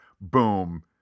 boom